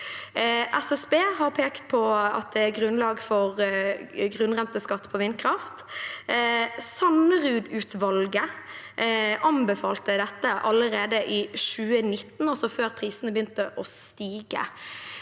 SSB har pekt på at det er grunnlag for grunnrenteskatt på vindkraft. Sanderud-utvalget anbefalte dette allerede i 2019, altså før prisene begynte å stige.